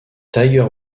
tiger